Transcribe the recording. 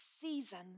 season